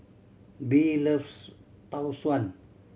Bee loves Tau Suan